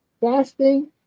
Fasting